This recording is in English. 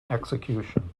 execution